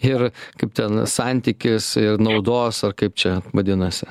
ir kaip ten santykis ir naudos ar kaip čia vadinasi